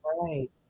Right